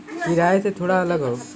किराए से थोड़ा अलग हौ